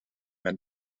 met